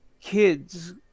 kids